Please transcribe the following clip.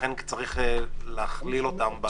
לכן צריך להכליל אותם.